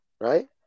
right